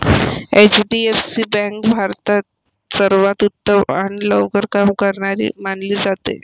HDFC bank भारतात सर्वांत उत्तम आणि लवकर काम करणारी मानली जाते